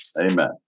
Amen